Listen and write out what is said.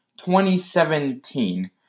2017